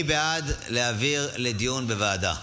מי בעד להעביר לדיון בוועדה?